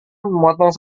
memotong